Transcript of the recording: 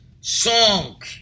song